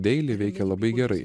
deili veikė labai gerai